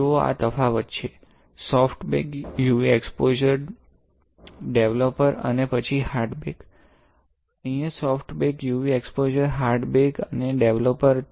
જુઓ આ તફાવત છે soft bake UV exposure developer અને પછી હાર્ડ બેક અહીં soft bake UV exposure hard bake અને ડેવલપર